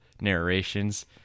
narrations